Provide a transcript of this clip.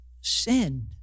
sin